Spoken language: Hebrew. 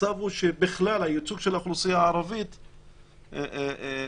שבכלל ייצוג האוכלוסייה הערבית הוא כמה?